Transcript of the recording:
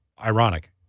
ironic